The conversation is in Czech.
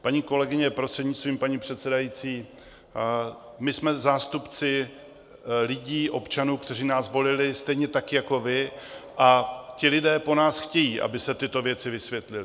Paní kolegyně, prostřednictvím paní předsedající, my jsme zástupci lidí, občanů, kteří nás volili, stejně tak jako vás, a ti lidé po nás chtějí, aby se tyto věci vysvětlily.